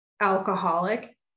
alcoholic